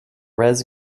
res